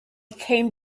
came